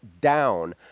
down